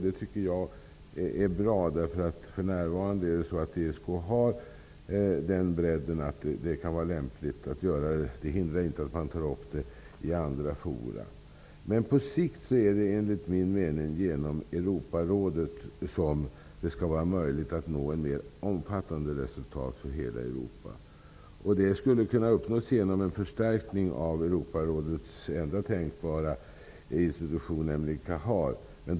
Det tycker jag är bra, eftersom ESK för närvarande har den bredden att det kan vara lämpligt. Det hindrar emellertid inte att man tar upp frågorna även i andra forum. På sikt är det enligt min mening genom Europarådet som det skall vara möjligt att nå ett mer omfattande resultat för hela Europa. Det skulle kunna kunna uppnås genom en förstärkning av Europarådets enda tänkbara institution, nämligen CAHAR.